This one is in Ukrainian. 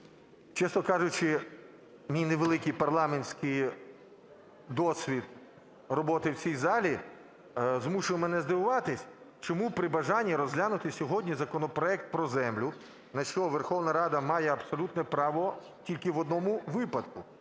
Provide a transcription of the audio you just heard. Чесно кажучи, мій невеликий парламентський досвід роботи в цій залі змушує мене здивуватись, чому при бажанні розглянути сьогодні законопроект про землю, на що Верховна Рада має абсолютне право тільки в одному випадку: